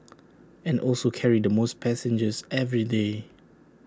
and also carry the most passengers every day